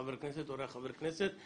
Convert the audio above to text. חבר כנסת.